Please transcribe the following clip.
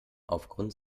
aufgrund